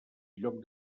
lloc